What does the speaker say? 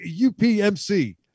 UPMC